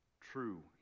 true